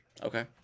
Okay